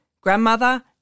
grandmother